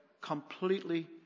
completely